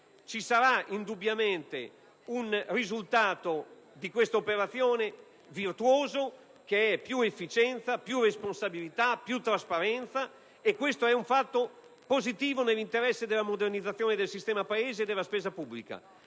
vi sarà un risultato virtuoso di quest'operazione, che consisterà in più efficienza, più responsabilità, più trasparenza, e questo è un fatto positivo nell'interesse della modernizzazione del sistema Paese e della spesa pubblica;